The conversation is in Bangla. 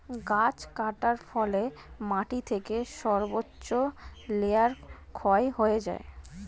গাছ কাটার ফলে মাটি থেকে সর্বোচ্চ লেয়ার ক্ষয় হয়ে যায়